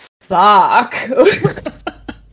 fuck